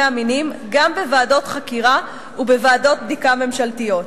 המינים גם בוועדות חקירה ובוועדות בדיקה ממשלתיות.